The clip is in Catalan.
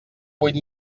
vuit